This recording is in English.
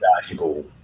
valuable